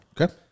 Okay